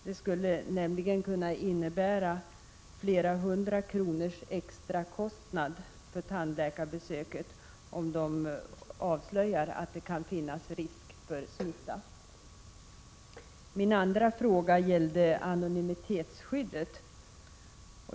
Det skulle nämligen kunna innebära flera hundra kronors extra kostnad för tandläkarbesök, om patienten avslöjade att det kan finnas risk för smitta. Min andra fråga gällde anonymitetsskyddet.